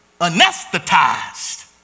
anesthetized